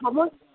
সময়